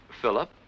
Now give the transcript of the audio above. Philip